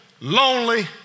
lonely